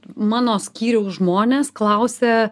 mano skyriaus žmonės klausia